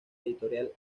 editorial